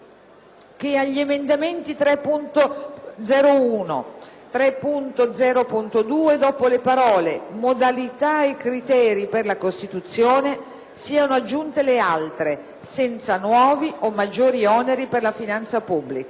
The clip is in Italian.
che agli emendamenti 3.0.1 e 3.0.2, dopo le parole: "modalità e criteri per la costituzione" siano aggiunte le altre: "senza nuovi o maggiori oneri per la finanza pubblica".